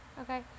Okay